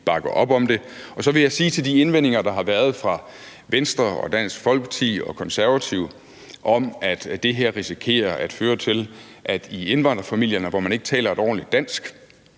bakke op om det. Så vil jeg sige til de indvendinger, der har være fra Venstre og Dansk Folkeparti og Konservative, om, at det her risikerer at føre til, at man i indvandrerfamilierne, hvor man ikke taler et ordentligt dansk,